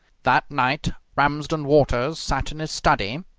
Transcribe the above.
that night ramsden walters sat in his study,